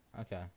Okay